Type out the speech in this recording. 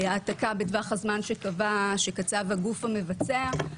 העתקה בטווח הזמן שקצב הגוף המבצע.